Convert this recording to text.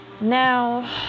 Now